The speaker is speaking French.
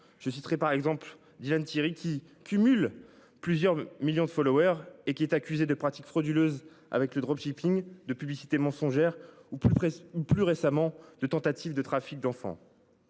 je citerai par exemple Dylan Thierry qui cumulent plusieurs millions de followers, et qui est accusé de pratiques frauduleuses. Avec le dropshipping de publicité mensongère ou plus près ou plus récemment de tentative de trafic d'enfants.